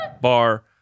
bar